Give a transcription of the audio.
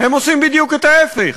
הם עושים בדיוק את ההפך.